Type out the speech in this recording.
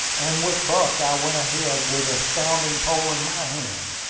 and with buck i went ahead, with a sounding-pole in my hand.